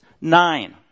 nine